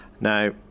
now